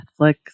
Netflix